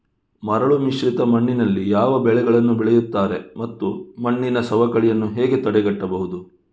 ಮರಳುಮಿಶ್ರಿತ ಮಣ್ಣಿನಲ್ಲಿ ಯಾವ ಬೆಳೆಗಳನ್ನು ಬೆಳೆಯುತ್ತಾರೆ ಮತ್ತು ಮಣ್ಣಿನ ಸವಕಳಿಯನ್ನು ಹೇಗೆ ತಡೆಗಟ್ಟಬಹುದು?